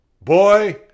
boy